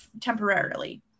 temporarily